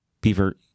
Beaver